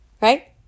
right